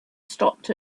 stopped